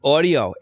Audio